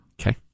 Okay